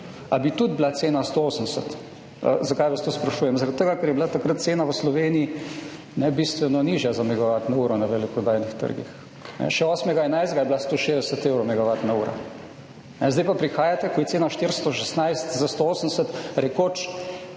bi tudi bila cena 180. Zakaj vas to sprašujem? Zaradi tega, ker je bila takrat cena v Sloveniji bistveno nižja za megovatno uro na veleprodajnih trgih. Še 8. 11. je bila 160 evrov megavatna ura. Zdaj pa prihajate, ko je cena 416 za 180, rekoč,